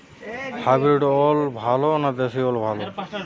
Hybrid ওল ভালো না দেশী ওল ভাল?